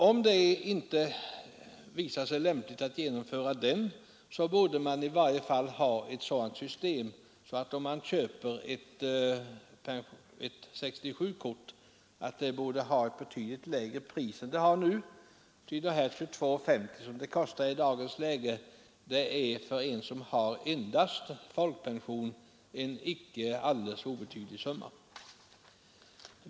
Om det inte visar sig lämpligt att genomföra det förslaget, borde man i varje fall införa ett sådant system att 67-kortet får ett betydligt lägre pris än det har nu. 22:50 som kortet kostar i dagens läge är för den som har endast folkpension ett icke obetydligt belopp.